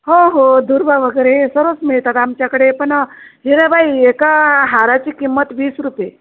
हो हो दुर्वा वगैरे हे सर्वच मिळतात आमच्याकडे पण हिराबाई एका हाराची किंमत वीस रुपये